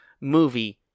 movie